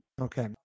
Okay